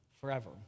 forever